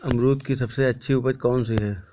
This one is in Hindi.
अमरूद की सबसे अच्छी उपज कौन सी है?